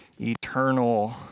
eternal